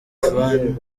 van